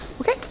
Okay